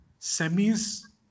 semis